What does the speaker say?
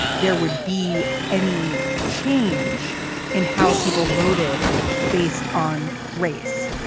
there would be any change in how people voted based on race.